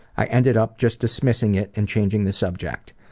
i ended up just dismissing it and changing the subject.